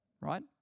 Right